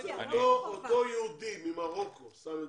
אותו יהודי ממרוקו, סתם דוגמה,